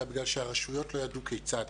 אלא בגלל שהרשויות לא ידעו כיצד